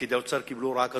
פקידי האוצר קיבלו הוראה כזאת,